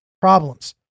Problems